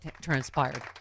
transpired